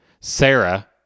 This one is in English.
sarah